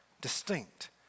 distinct